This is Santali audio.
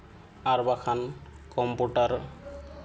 ᱟᱨ ᱵᱟᱠᱷᱟᱱ ᱠᱚᱢᱯᱩᱴᱟᱨ